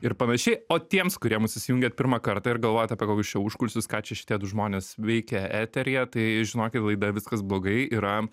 ir panašiai o tiems kurie mus įsijungėt pirmą kartą ir galvojat apie kokius čia užkulisius ką čia šitie du žmonės veikia eteryje tai žinokit laida viskas blogai yra